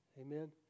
amen